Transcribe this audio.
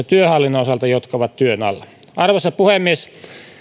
työhallinnon osalta jotka ovat työn alla arvoisa puhemies